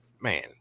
man